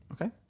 Okay